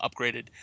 upgraded